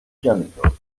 janitor